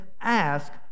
Ask